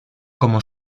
como